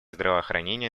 здравоохранения